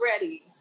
ready